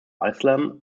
islam